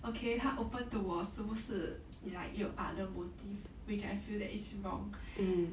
okay 他 open to 我是不是 like 有 other motive which I feel that it's wrong